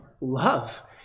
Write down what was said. love